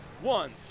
one